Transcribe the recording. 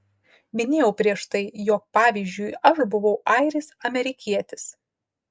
minėjau prieš tai jog pavyzdžiui aš buvau airis amerikietis